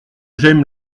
j’aime